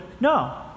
no